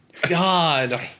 God